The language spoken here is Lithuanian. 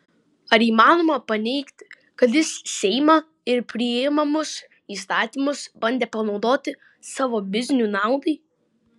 ar įmanoma paneigti kad jis seimą ir priimamus įstatymus bandė panaudoti savo biznių naudai